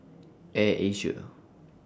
Air Asia